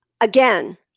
again